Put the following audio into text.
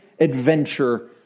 adventure